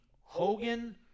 Hogan